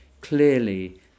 clearly